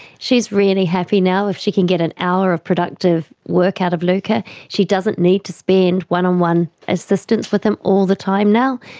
she's really happy now if she can get an hour of productive work out of luca. she doesn't need to spend one-on-one assistance with him all the time now,